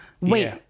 Wait